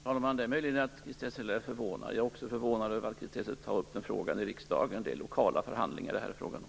Fru talman! Det är möjligt att Chris Heister är förvånad. Jag är förvånad över att Chris Heister tar upp frågan i riksdagen. Det är lokala förhandlingar det är fråga om.